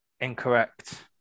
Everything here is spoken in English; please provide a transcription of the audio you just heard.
Incorrect